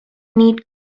neat